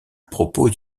propos